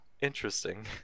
interesting